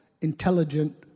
intelligent